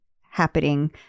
happening